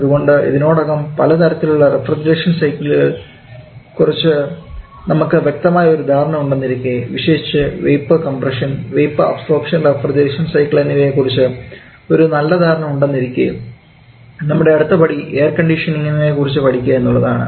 അതുകൊണ്ട് ഇതിനോടകം പലതരത്തിലുള്ള റഫ്രിജറേഷൻ സൈക്കിളുകൾ കുറിച്ച് നമുക്ക് വ്യക്തമായ ഒരു ധാരണ ഉണ്ടെന്നിരിക്കെ വിശേഷിച്ച് vapour compression vapour absorption refrigeration സൈക്കിളുകൾ എന്നിവയെ കുറിച്ച് ഒരു നല്ല ധാരണ ഉണ്ടെന്നിരിക്കെ നമ്മുടെ അടുത്ത പടി എയർകണ്ടീഷൻങ്ങിനെ കുറിച്ച് പഠിക്കുക എന്നുള്ളതാണ്